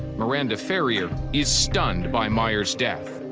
miranda ferrier is stunned by meyer's death.